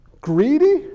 Greedy